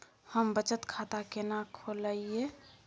हम बचत खाता केना खोलइयै?